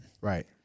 Right